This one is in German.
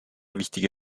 wichtige